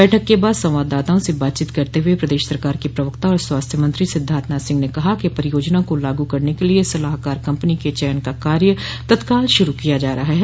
बैठक के बाद संवाददाताओं से बातचीत करते हुए प्रदेश सरकार के प्रवक्ता और स्वास्थ्य मंत्री सिद्धार्थनाथ सिंह ने कहा कि परियोजना को लागू करने के लिए सलाहकार कम्पनी के चयन का कार्य तत्काल शुरू किया जा रहा है